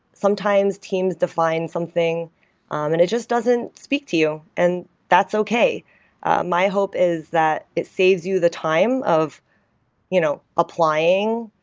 sometimes teams define something um and it just doesn't speak to you, and that's okay my hope is that it saves you the time of you know applying,